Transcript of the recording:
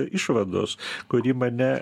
išvados kuri mane